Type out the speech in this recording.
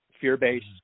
fear-based